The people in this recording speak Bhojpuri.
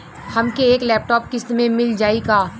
हमके एक लैपटॉप किस्त मे मिल जाई का?